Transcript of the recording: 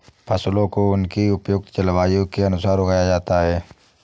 फसलों को उनकी उपयुक्त जलवायु के अनुसार उगाया जाता है